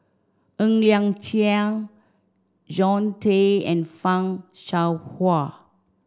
Ng Liang Chiang Jean Tay and Fan Shao Hua